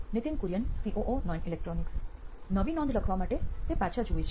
Nithin Kurien COO નોઇન electronics નવી નોંધ લખવા માટે તે પાછો જુએ છે